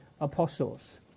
apostles